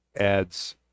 adds